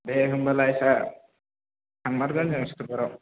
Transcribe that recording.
दे होनबालाय सार थांमारगोन जों सुख्रबाराव